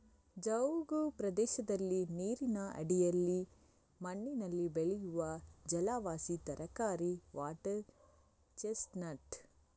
ಜವುಗು ಪ್ರದೇಶದಲ್ಲಿ ನೀರಿನ ಅಡಿಯಲ್ಲಿ ಮಣ್ಣಿನಲ್ಲಿ ಬೆಳೆಯುವ ಜಲವಾಸಿ ತರಕಾರಿ ವಾಟರ್ ಚೆಸ್ಟ್ ನಟ್